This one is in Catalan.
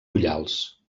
ullals